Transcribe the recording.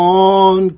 on